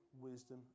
wisdom